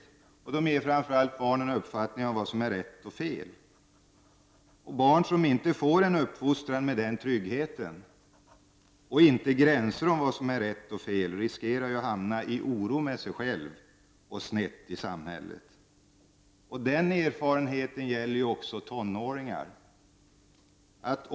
Men framför allt ger föräldrarna sina barn en uppfattning om vad som är rätt eller fel. Barn som inte får en uppfostran med den tryggheten och med insikten om gränserna för vad som är rätt eller fel riskerar att hamna i en situation av inre oro och komma snett i samhället. Den erfarenheten gäller också tonåringarna.